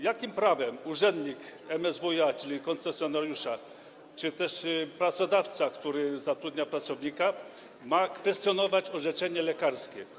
Jakim prawem urzędnik MSWiA, czyli koncesjonariusza, czy też pracodawca, który zatrudnia pracownika, ma kwestionować orzeczenie lekarskie?